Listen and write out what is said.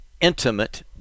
intimate